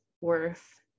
worth